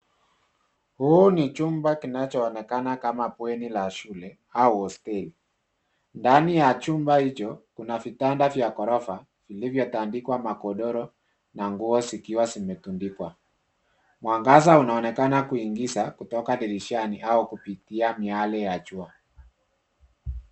Huu ni chumba kinachoonekana kama bweni la shule au hosteli. Ndani ya chumba hicho kuna vitanda vya ghorofa vilivyotandikwa magodoro na nguo zikiwa zimetundikwa. Mwangaza unaonekana kuingiza kutoka dirishani au kupitia miale ya jua.